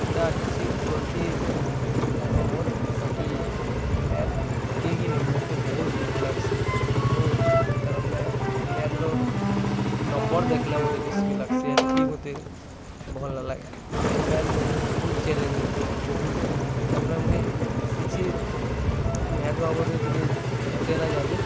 ଇଟା କିଛି ଗଲ୍ତି ନାଇଁନ ମୋର୍ ବାକି ମ୍ୟାଥ୍କେ କିନି ମତେ ବହୁତ୍ ହେଟ୍ ଲାଗ୍ସି ମୋର୍ ତାର୍ ମାନେ ମ୍ୟାଥ୍ର ନମ୍ବର୍ ଦେଖ୍ଲେ ମତେ ରିସ୍ମି ଲାଗ୍ସି ହେତ୍କି ମତେ ଭଲ୍ ନାଇଁ ଲାଗେ ଆଉ ମ୍ୟାଥ୍ ମତେ ବହୁତ୍ ଚାଲେଜିଙ୍ଗ୍ କରୁଛି ବହୁତ୍ ତାର୍ ମାନେ ମୁଇଁ କିଛି ମ୍ୟାଥ୍ ବାବଦ୍ରେ ଟିକେ ହେତେ ନାଇଁ ଜାନି